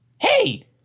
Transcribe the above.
Hey